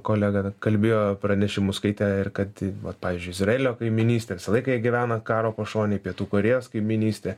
kolega kalbėjo pranešimus skaitė ir kad vat pavyzdžiui izraelio kaimynystė visą laiką jie gyvena karo pašonėj pietų korėjos kaimynystė